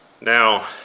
now